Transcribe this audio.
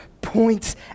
points